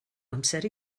amser